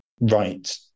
right